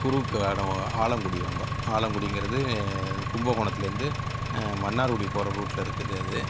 குருவுக்கான ஆலங்குடி வந்தோம் ஆலங்குடிங்கிறது கும்பகோணத்திலிருந்து மன்னார்குடி போகிற ரூட்டில் இருக்குது அது